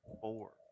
four